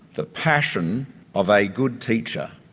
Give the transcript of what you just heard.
the passion of a good teacher,